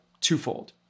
twofold